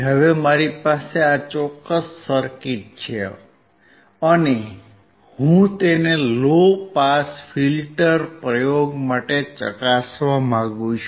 હવે મારી પાસે આ ચોક્કસ સરકીટ છે અને હું તેને લો પાસ ફિલ્ટર પ્રયોગ માટે ચકાસવા માંગુ છું